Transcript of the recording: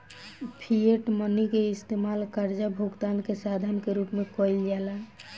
fiat money के इस्तमाल कर्जा भुगतान के साधन के रूप में कईल जाला